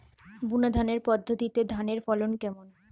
বুনাধানের পদ্ধতিতে ধানের ফলন কেমন?